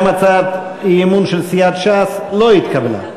גם הצעת האי-אמון של סיעת ש"ס לא התקבלה.